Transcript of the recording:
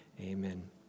amen